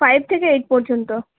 five থেকে eight পর্যন্ত